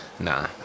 Nah